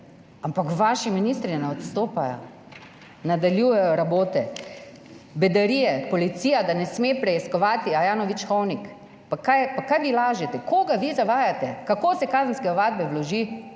ampak vaši ministri ne odstopajo, nadaljujejo rabote, bedarije. Policija, da ne sme preiskovati, Ajanović Hovnik, kaj vi lažete, koga vi zavajate, kako se kazenske ovadbe vloži?